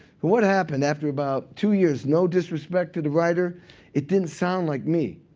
what happened after about two years no disrespect to the writer it didn't sound like me.